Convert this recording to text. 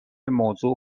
موضوع